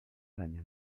aranya